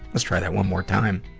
let's try that one more time.